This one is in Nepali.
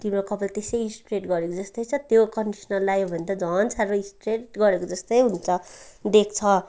तिम्रो कपाल त्यसै स्ट्रेट गरेको जस्तै छ त्यो कन्डिसनर लायो भने त झन साह्रो स्ट्रेट गरेको जस्तै हुन्छ देख्छ